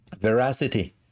veracity